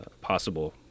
possible